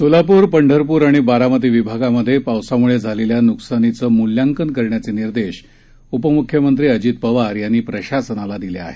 सोलापूर पंढरपूर आणि बारामती विभागात पावसामुळे झालेल्या नुकसानाचं मूल्यांकन करण्याचे निर्देश उपमुख्यमंत्री अजित पवार यांनी प्रशासनाला दिले आहेत